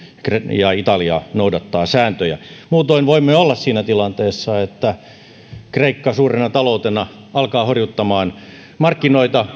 ja italia noudattaa sääntöjä muutoin voimme olla siinä tilanteessa että italia suurena taloutena alkaa horjuttamaan markkinoita